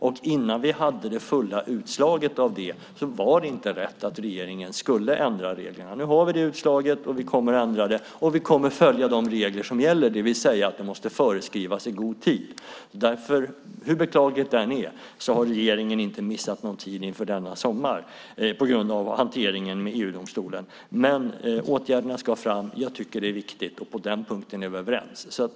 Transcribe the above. Och innan vi hade fått det fullständiga utslaget hade det inte varit rätt om regeringen hade ändrat reglerna. Nu har vi fått utslaget, och vi kommer att ändra reglerna. Och vi kommer att följa de regler som gäller, det vill säga att de måste föreskrivas i god tid. Hur beklagligt detta än är har regeringen inte missat någon tid inför denna sommar, utan det är på grund av hanteringen i EU-domstolen. Men åtgärderna ska fram. Jag tycker att det är viktigt, och på den punkten är vi överens.